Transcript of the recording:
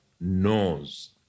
knows